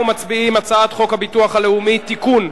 אנחנו מצביעים על הצעת חוק הביטוח הלאומי (תיקון,